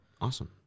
Awesome